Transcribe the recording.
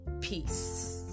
peace